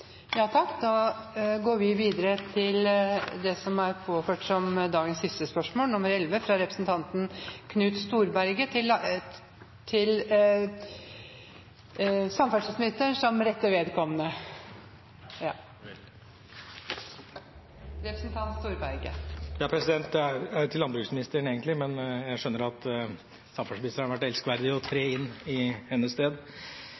Da går vi videre til spørsmål 11. Dette spørsmålet, fra representanten Knut Storberget til landbruks- og matministeren, vil bli besvart av samferdselsministeren på vegne av landbruks- og matministeren, som har sykdomsforfall. Ja, det er egentlig til landbruksministeren, men jeg skjønner at samferdselsministeren har vært så elskverdig å tre inn i hennes sted.